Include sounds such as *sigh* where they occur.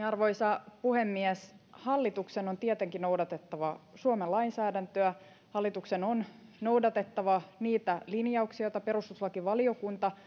*unintelligible* arvoisa puhemies hallituksen on tietenkin noudatettava suomen lainsäädäntöä hallituksen on noudatettava niitä linjauksia joita perustuslakivaliokunta *unintelligible*